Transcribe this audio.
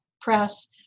press